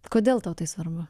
kodėl tau tai svarbu